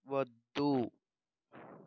వద్దు